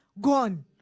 gone